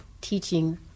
Teaching